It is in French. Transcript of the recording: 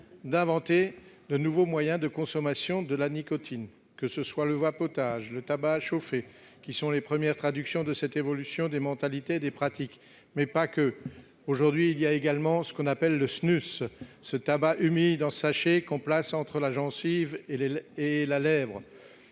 d'inventer de nouveaux moyens de consommation de la nicotine : le vapotage et le tabac à chauffer, qui sont les premières traductions de cette évolution des mentalités et des pratiques, mais pas seulement ! Aujourd'hui, il y a également ce qu'on appelle le , ce tabac humide en sachet qu'on place entre la gencive et la lèvre.